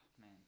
man